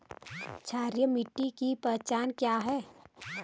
क्षारीय मिट्टी की पहचान क्या है?